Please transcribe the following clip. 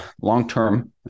long-term